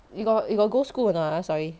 you got you got go school or not ah sorry